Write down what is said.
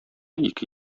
ике